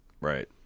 right